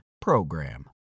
PROGRAM